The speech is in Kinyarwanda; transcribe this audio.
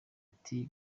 ati